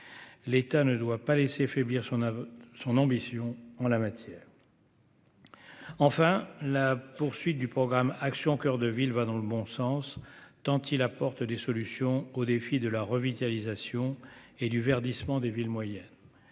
l'État ne doit pas laisser faiblir son à son ambition en la matière. Enfin, la poursuite du programme Action coeur de ville va dans le bon sens, tant il apporte des solutions aux défis de la revitalisation et du verdissement des villes moyennes,